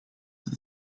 that